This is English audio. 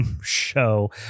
show